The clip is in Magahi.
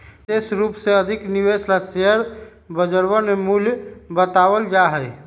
विशेष रूप से अधिक निवेश ला शेयर बजरवन में मूल्य बतावल जा हई